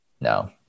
No